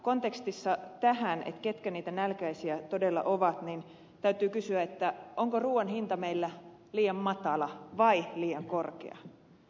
kontekstissa tähän ketkä niitä nälkäisiä todella ovat täytyy kysyä onko ruuan hinta meillä liian matala vai liian korkea